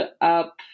up